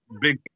big